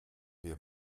wir